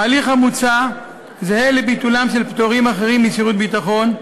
ההליך המוצע זהה לביטולם של פטורים אחרים משירות ביטחון,